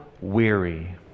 weary